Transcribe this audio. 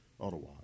otherwise